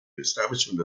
establishment